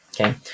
Okay